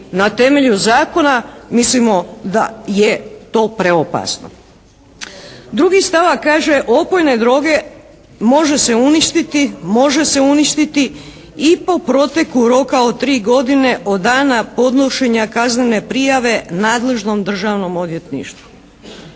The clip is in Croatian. na temelju zakona mislimo da je to preopasno. Drugi stavak kaže: "Opojne droge može se uništiti i po proteku roka od tri godine od dana podnošenja kaznene prijave nadležnom državnom odvjetništvu.".